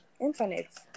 internet